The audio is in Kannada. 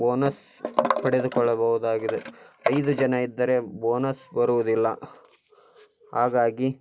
ಬೋನಸ್ ಪಡೆದುಕೊಳ್ಳಬಹುದಾಗಿದೆ ಐದು ಜನ ಇದ್ದರೆ ಬೋನಸ್ ಬರುವುದಿಲ್ಲ ಹಾಗಾಗಿ